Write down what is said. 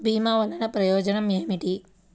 భీమ వల్లన ప్రయోజనం ఏమిటి?